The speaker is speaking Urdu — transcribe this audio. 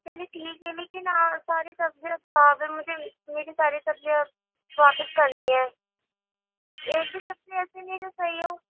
چلیے ٹھیک ہے لیکن آپ ساری سبزیاں خراب ہیں مجھے میری ساری سبزیاں واپس کرنی ہے ایک بھی سبزی ایسی نہیں ہے جو صحیح ہو